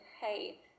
Hey